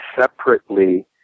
separately